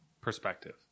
perspective